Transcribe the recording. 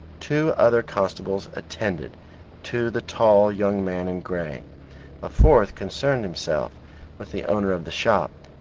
two other constables attended to the tall young man in grey a fourth concerned himself with the owner of the shop,